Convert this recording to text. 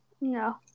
no